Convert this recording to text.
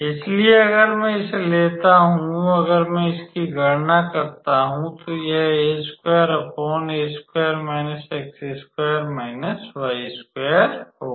इसलिए अगर मैं इसे लेता हूं अगर मैं इसकी गणना करता हूं तो यह होगा